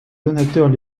donateurs